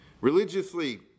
Religiously